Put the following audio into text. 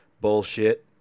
bullshit